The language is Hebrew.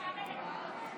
אם כך,